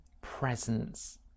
presence